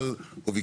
עם